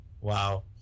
wow